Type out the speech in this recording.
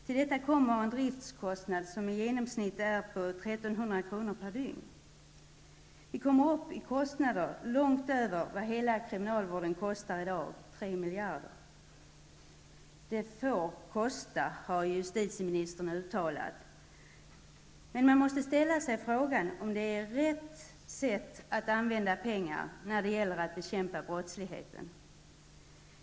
Till detta kommer en driftskostnad om i genomsnitt 1 300 kr./dygn. Vi kommer upp i kostnader långt över vad hela kriminalvården kostar i dag -- 3 miljarder. Det får kosta, har jutstitieministern uttalat. Men man måste ställa sig frågan om det är rätt sätt att använda pengar när det gäller att bekämpa brottsligheten.